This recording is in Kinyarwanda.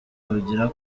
bugira